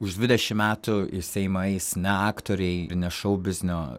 už dvidešim metų į seimą eis ne aktoriai ir ne šou biznio